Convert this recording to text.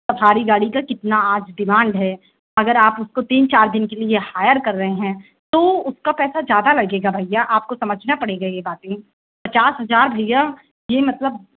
safari गाड़ी का कितना आज डिमांड है अगर आप उसको तीन चार दिन के लिए हायर कर रहे हैं तो उसका पैसा ज़्यादा लगेगा भैया आपको समझना पड़ेगा यह बात पचास हज़ार भैया यह मतलब